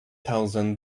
thousand